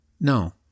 No